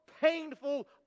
painful